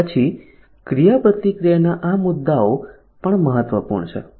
અને પછી ક્રિયાપ્રતિક્રિયાના આ મુદ્દાઓ પણ મહત્વપૂર્ણ છે